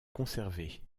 conservé